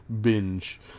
binge